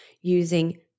using